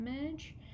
image